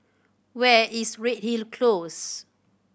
where is Redhill Close